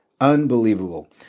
Unbelievable